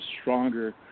stronger